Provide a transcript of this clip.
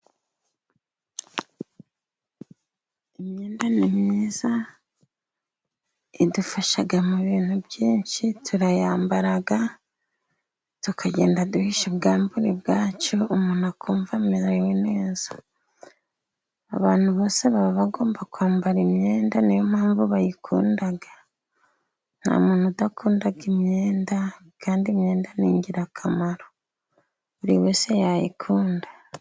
Imyenda ni myiza idufasha mu bintu byinshi, turayambara tukagenda duhishe ubwambure bwacu ,umuntu akumva amerewe neza. Abantu tugomba kwambara imyenda ni yo mpamvu bayikunda, nta muntu udakunda imyenda ,kandi imyenda ni ingirakamaro buri wese yayikunda.